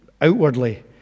outwardly